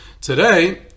today